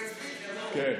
זה צביקה, לא הוא.